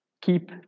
Keep